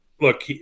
Look